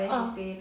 uh